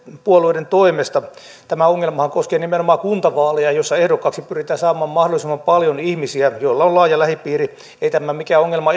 puolueiden toimesta tämä ongelmahan koskee nimenomaan kuntavaaleja joissa ehdokkaaksi pyritään saamaan mahdollisimman paljon ihmisiä joilla on laaja lähipiiri ei tämä eduskuntavaaleissa mikään ongelma